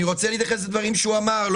אני רוצה להתייחס לדברים שהוא אמר.